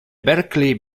berkeley